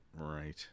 Right